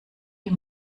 ihm